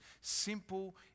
simple